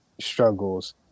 struggles